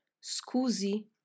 Scusi